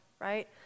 right